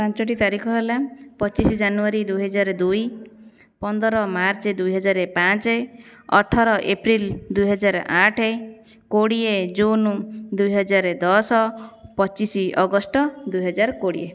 ପାଞ୍ଚଟି ତାରିଖ ହେଲା ପଚିଶ ଜାନୁଆରୀ ଦୁଇ ହଜାର ଦୁଇ ପନ୍ଦର ମାର୍ଚ୍ଚ ଦୁଇ ହଜାର ପାଞ୍ଚ ଅଠର ଏପ୍ରିଲ ଦୁଇ ହଜାର ଆଠ କୋଡ଼ିଏ ଜୁନ ଦୁଇ ହଜାର ଦଶ ପଚିଶ ଅଗଷ୍ଟ ଦୁଇ ହଜାର କୋଡ଼ିଏ